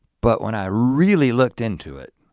but when i really looked into it,